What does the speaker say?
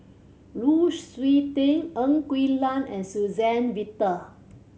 Lu Suitin Ng Quee Lam and Suzann Victor